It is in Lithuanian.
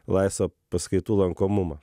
laisvą paskaitų lankomumą